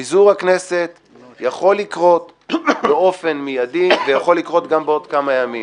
פיזור הכנסת יכול לקנות באופן מידי ויכול לקרות גם בעוד כמה ימים.